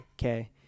okay